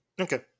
Okay